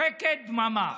שקט, דממה.